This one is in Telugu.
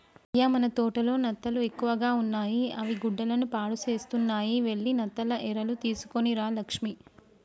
అయ్య మన తోటలో నత్తలు ఎక్కువగా ఉన్నాయి అవి గుడ్డలను పాడుసేస్తున్నాయి వెళ్లి నత్త ఎరలు తీసుకొని రా లక్ష్మి